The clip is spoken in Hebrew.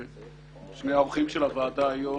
שני האורחים של הוועדה היום,